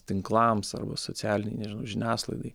tinklams arba socialinei nežinau žiniasklaidai